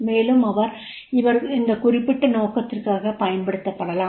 மேலும் அவர் இந்த குறிப்பிட்ட நோக்கத்திற்காகப் பயன்படுத்தப்படலாம்